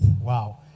wow